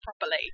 properly